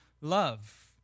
love